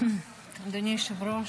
אדוני היושב-ראש,